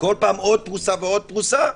בכל פעם עוד פרוסה ועוד פרוסה,